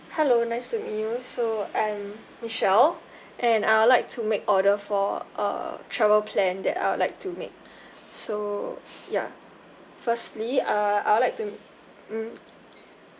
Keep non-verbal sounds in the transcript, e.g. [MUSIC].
hello nice to meet you so I'm michelle and I would like to make order for uh travel plan that I would like to make [BREATH] so ya firstly ah I would like to mm